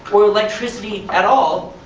or electricity at all,